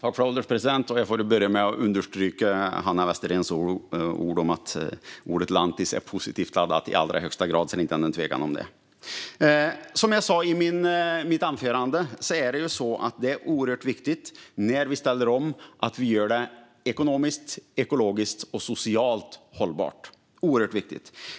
Herr ålderspresident! Låt mig börja med att understryka Hanna Westeréns ord om att ordet lantis är positivt laddat i allra högsta grad, så att det inte råder någon tvekan om det. Som jag sa i mitt anförande är det oerhört viktigt när vi ställer om att vi gör det ekonomiskt, ekologiskt och socialt hållbart. Det är oerhört viktigt.